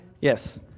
Yes